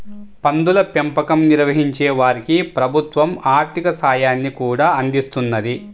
పందుల పెంపకం నిర్వహించే వారికి ప్రభుత్వం ఆర్ధిక సాయాన్ని కూడా అందిస్తున్నది